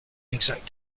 exact